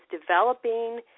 developing